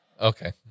Okay